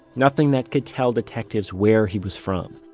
nothing that could tell detectives where he was from.